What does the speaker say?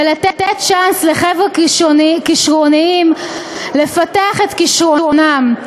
ולתת צ'אנס לחבר'ה כישרוניים לפתח את כישרונם.